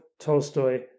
Tolstoy